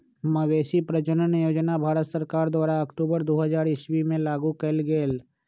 मवेशी प्रजजन योजना भारत सरकार द्वारा अक्टूबर दू हज़ार ईश्वी में लागू कएल गेल